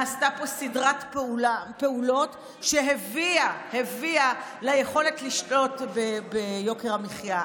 נעשתה פה סדרת פעולות שהביאה ליכולת לשלוט ביוקר המחיה.